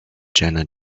jena